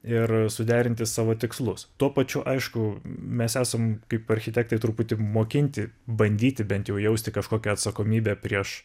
ir suderinti savo tikslus tuo pačiu aišku mes esam kaip architektai truputį mokinti bandyti bent jau jausti kažkokią atsakomybę prieš